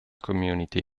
community